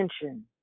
attention